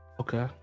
Okay